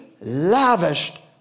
lavished